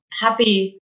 happy